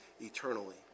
eternally